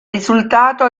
risultato